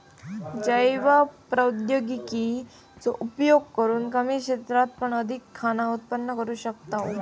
जैव प्रौद्योगिकी चो उपयोग करून कमी क्षेत्रात पण अधिक खाना उत्पन्न करू शकताव